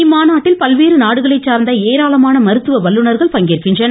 இம்மாநாட்டில் பல்வேறு நாடுகளை சார்ந்த ஏராளமான மருத்துவ வல்லுநர்கள் பங்கேற்கின்றனர்